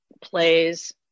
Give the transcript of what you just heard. plays